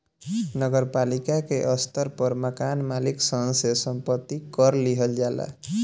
नगर पालिका के स्तर पर मकान मालिक सन से संपत्ति कर लिहल जाला